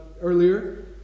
earlier